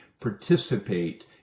participate